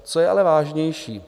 Co je ale vážnější.